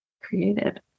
created